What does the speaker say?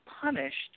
punished